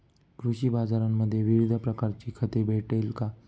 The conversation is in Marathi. कृषी बाजारांमध्ये विविध प्रकारची खते भेटेल का?